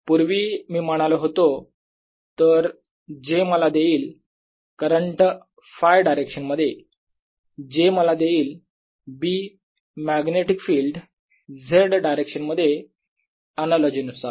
पूर्वी मी म्हणालो होतो तर j मला देईल करंट Φ डायरेक्शन मध्ये j मला देईल B magnetic field z direction मध्ये अनालॉजी नुसार